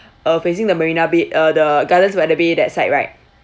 uh facing the marina bay uh the gardens by the bay that side right